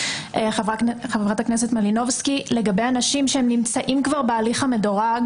חברת הכנסת מלינובסקי לגבי אנשים שכבר נמצאים בהליך המדורג